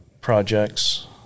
projects